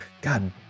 God